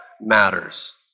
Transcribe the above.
matters